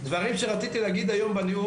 לומר דברים שרציתי להגיד היום בנאום